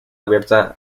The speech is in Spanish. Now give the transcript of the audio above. abierta